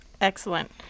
Excellent